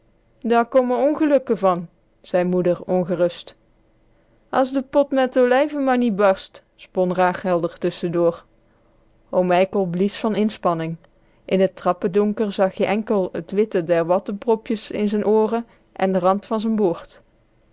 daar kommen ongelukken van zei moeder ongerust as de pot met olijven maar niet barst spon rachel r tusschen door oom mijkel blies van inspanning in t trappe donker zag je enkel t witten der watten propjes in z'n ooren en den rand van z'n boord